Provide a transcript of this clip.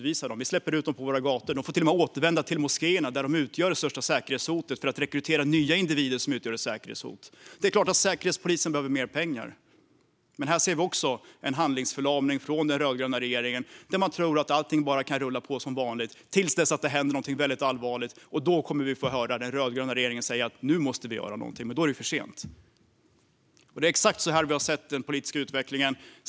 Vi släpper ut dem på våra gator, och de får till och med återvända till moskéerna där de utgör det största säkerhetshotet och kan rekrytera nya individer som sedan utgör säkerhetshot. Det är klart att Säkerhetspolisen behöver mer pengar. Men här ser vi också en handlingsförlamning hos den rödgröna regeringen, som bara tror att allting kan rulla på som vanligt tills det händer någonting väldigt allvarligt. Först då kommer vi att få höra den rödgröna regeringen säga: Nu måste vi göra någonting! Men då är det för sent. Det är exakt så här den politiska utvecklingen har sett ut.